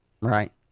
right